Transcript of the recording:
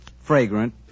fragrant